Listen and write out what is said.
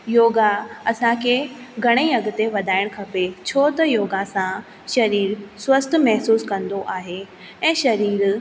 योगा असांखे घणेई अॻिते वधाइण खपे छो त योगा सां शरीर स्वस्थ महिसूसु कंदो आहे ऐं शरीर